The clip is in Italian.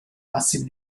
massimi